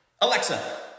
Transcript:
alexa